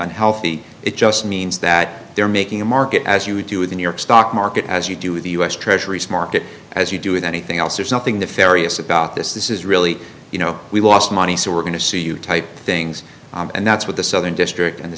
unhealthy it just means that they're making a market as you do in the new york stock market as you do with the u s treasuries market as you do with anything else there's nothing the ferias about this is really you know we lost money so we're going to see you type things and that's what the southern district and the